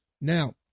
now